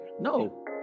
No